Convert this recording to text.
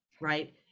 right